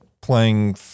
playing